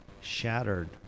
shattered